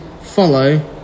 follow